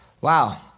Wow